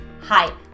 Hi